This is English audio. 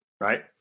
right